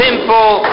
Simple